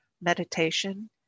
meditation